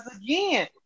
again